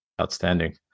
Outstanding